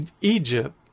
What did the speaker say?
Egypt